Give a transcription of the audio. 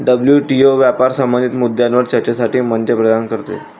WTO व्यापार संबंधित मुद्द्यांवर चर्चेसाठी मंच प्रदान करते